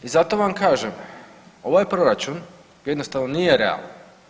I zato vam kažem ovaj proračun jednostavno nije realan.